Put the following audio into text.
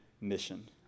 mission